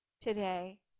today